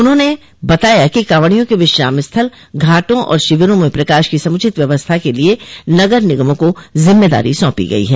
उन्होंने बताया कि कॉवॅडियों के विश्राम स्थल घाटों और शिविरों में प्रकाश की समुचित व्यवस्था के लिए नगर निगमों को जिम्मेदारी सौंपी गयी है